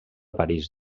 parís